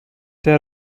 der